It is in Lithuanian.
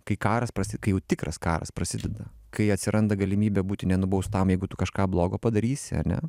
kai karas kai jau tikras karas prasideda kai atsiranda galimybė būti nenubaustam jeigu tu kažką blogo padarysi ar ne